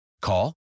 Call